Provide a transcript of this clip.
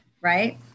right